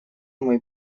мой